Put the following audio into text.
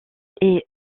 est